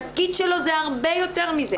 התפקיד שלו זה הרבה יותר מזה.